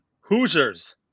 Hoosiers